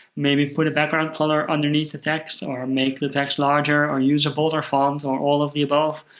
maybe put a background color underneath the text, or make the text larger, or use a bolder font, or all of the above.